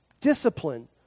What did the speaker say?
Discipline